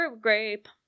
grape